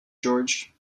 george